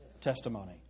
Testimony